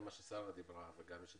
מתחבר למה ששרה ודן